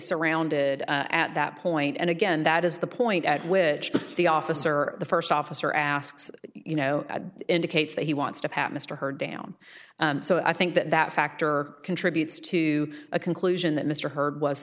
surrounded at that point and again that is the point at which the officer or the first officer asks you know that indicates that he wants to pass mr her down so i think that that factor contributes to a conclusion that mr heard was